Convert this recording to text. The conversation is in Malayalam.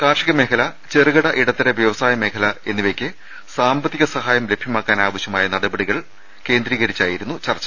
കാർഷിക മേഖല ചെറുകിട ഇടത്തര വ്യവസായ മേഖല എന്നിവർക്ക് സാമ്പത്തിക സഹായം ലഭ്യമാക്കാനാവശ്യമായ നടപടികൾ എന്നിവയിൽ കേന്ദ്രീകരിച്ചായിരുന്നു ചർച്ച